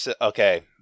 okay